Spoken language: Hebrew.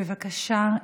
בבקשה,